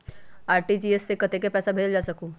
RTGS से कतेक पैसा भेजल जा सकहु???